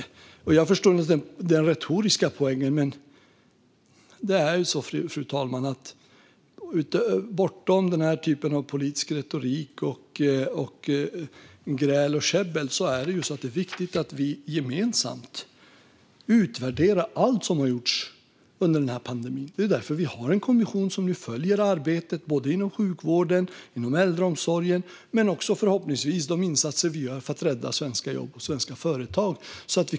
Jag förstår den retoriska poängen, men bortom denna typ av politisk retorik, gräl och käbbel, fru talman, är det viktigt att vi gemensamt utvärderar allt som har gjorts under denna pandemi. Det är ju därför - för att vi ska kunna dra lärdom av det - vi har en kommission som följer arbetet inom sjukvården och äldreomsorgen och förhoppningsvis också de insatser vi gör för att rädda svenska jobb och svenska företag.